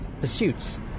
pursuits